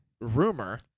rumor